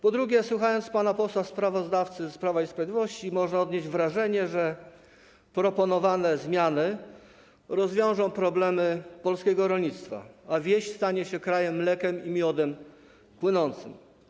Po drugie, słuchając pana posła sprawozdawcy z Prawa i Sprawiedliwości, można odnieść wrażenie, że proponowane zmiany rozwiążą problemy polskiego rolnictwa, a wieś stanie się krainą mlekiem i miodem płynącą.